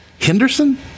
Henderson